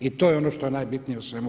I to je ono što je najbitnije u svemu.